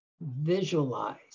Visualize